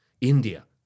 India